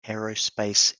aerospace